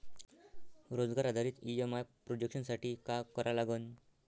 रोजगार आधारित EMI projection साठी का करा लागन?